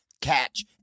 Catch